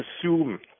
assume